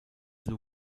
lou